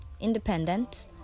independent